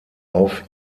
auf